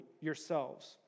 yourselves